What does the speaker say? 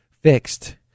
fixed